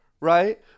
right